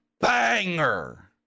banger